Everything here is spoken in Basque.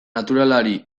naturalari